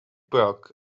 burke